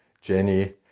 Jenny